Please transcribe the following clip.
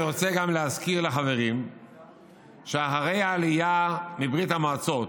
אני רוצה להזכיר לחברים שאחרי העלייה מברית המועצות,